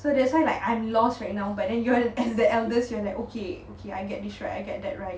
so that's why like I'm lost right now but then you are eld~ the eldest we're like okay okay I get this right I get that right